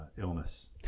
illness